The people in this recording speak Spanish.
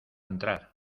entrar